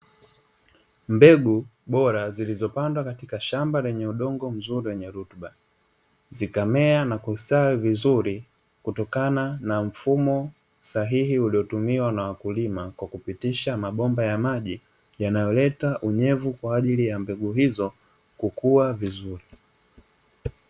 Mbegu bora zilizopandwa katika shamba lenye udongo mzuri wenye rutuba, zikamea na kustawi vizuri kutokana na mfumo sahihi uliotumiwa na wakulima kwa kupitisha mabomba ya maji yanayoleta unyevu Kwa ajili ya mbegu hizo kukuwa vizuri.